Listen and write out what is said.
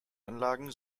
anlagen